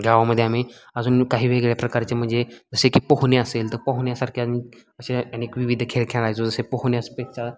गावामध्ये आम्ही अजून काही वेगळ्या प्रकारचे म्हणजे जसे की पोहणे असेल तर पोहण्यासारख्या असे अनेक विविध खेळ खेळायचो जसे पोहण्यासपेक्षा